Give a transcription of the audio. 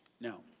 no.